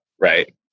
right